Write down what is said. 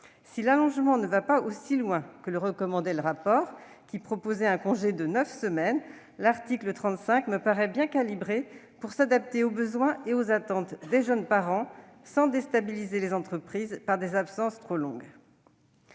Si l'allongement ne va pas aussi loin que le recommandait le rapport, qui proposait un congé de neuf semaines, l'article 35 me paraît bien calibré pour s'adapter aux besoins et aux attentes des jeunes parents, sans déstabiliser les entreprises par des absences trop longues.